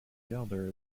gelder